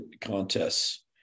contests